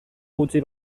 gutxi